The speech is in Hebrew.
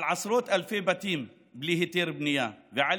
על עשרות אלפי בתים בלי היתר בנייה ועל